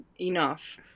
Enough